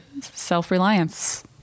self-reliance